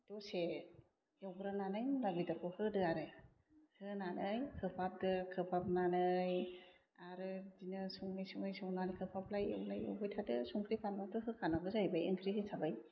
दसे एवग्रोनानै मुला बेदरखौ होदो आरो होन्नानै खोबहाबदो खोबहाबनानै आरो बिदिनो सङै सङै संनानै खोबहाबलाय एवलाय एवबाय थादो संख्रि फानलुआथ' होखानांगौ जाहैबाय ओंख्रि हिसाबै